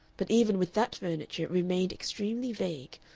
but even with that furniture it remained extremely vague,